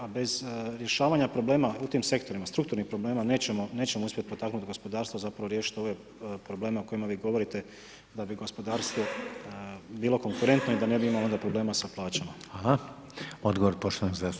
A bez rješavanja problema u tim sektorima strukturnih problema nećemo uspjeti potaknuti gospodarstvo zapravo riješiti ove probleme o kojima vi govorite da bi gospodarstvo bilo konkurentno i da ne bi imalo onda problema sa plaćama.